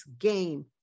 game